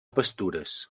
pastures